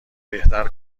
بهتر